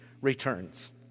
returns